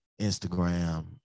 Instagram